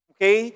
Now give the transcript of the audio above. Okay